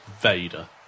Vader